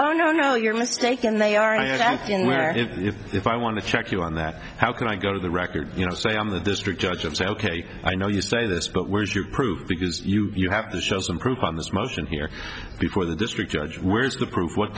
oh no no you're mistaken they are and where if if i want to check you on that how can i go to the record you know say on the district judge and say ok i know you say this but where is your proof because you have to show some proof on this motion here before the district judge where's the proof what